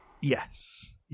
Yes